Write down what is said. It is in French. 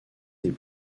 des